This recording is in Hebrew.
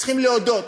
צריכים להודות,